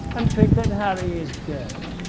and think that harry is gay.